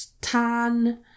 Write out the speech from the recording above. tan